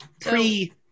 Pre